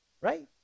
Right